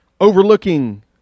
overlooking